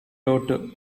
daughter